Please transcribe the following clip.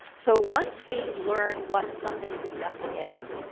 so once we learn what something disgusting is,